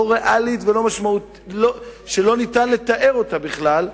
לא ריאלית ושלא ניתן לתאר אותה בכלל,